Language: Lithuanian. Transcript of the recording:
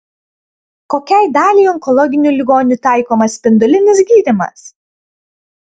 kokiai daliai onkologinių ligonių taikomas spindulinis gydymas